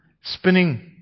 spinning